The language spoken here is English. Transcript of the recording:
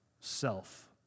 self